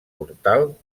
portal